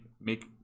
make